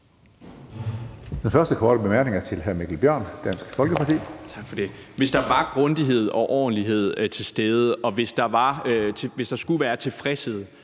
Hvis der var grundighed og ordentlighed til stede, og hvis der var tilfredshed